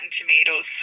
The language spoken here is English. Tomatoes